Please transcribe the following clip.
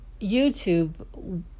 YouTube